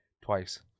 twice